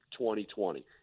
2020